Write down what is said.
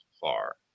far